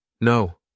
No